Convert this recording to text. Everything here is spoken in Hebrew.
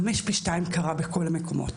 חמש פי שניים קרה בכל המקומות.